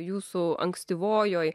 jūsų ankstyvojoj